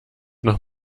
noch